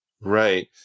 Right